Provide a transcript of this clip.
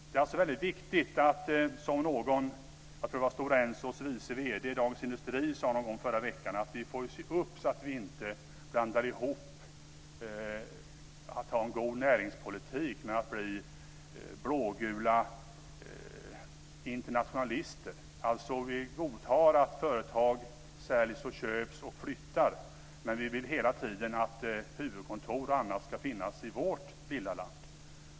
Det är alltså väldigt viktigt, som Stora Ensos vice vd sade i Dagens Industri i förra veckan, att se upp så att vi inte blandar ihop att ha en god näringspolitik med att bli blågula internationalister, dvs. att vi godtar att företag säljs och köps och flyttar men hela tiden vill att huvudkontor och annat ska finnas i vårt lilla land.